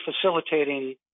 facilitating